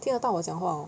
听得到我讲话 hor